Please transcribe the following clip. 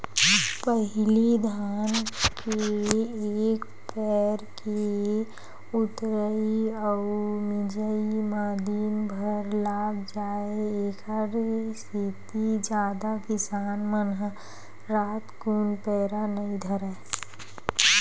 पहिली धान के एक पैर के ऊतरई अउ मिजई म दिनभर लाग जाय ऐखरे सेती जादा किसान मन ह रातकुन पैरा नई धरय